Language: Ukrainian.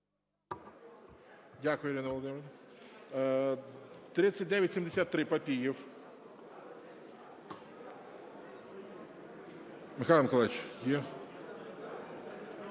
Дякую, Ірина Володимирівна. 3973, Папієв Михайло Миколайович. Є?